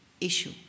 issue